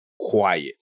Quiet